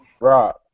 Rock